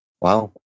Wow